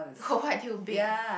what do you baked